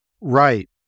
Right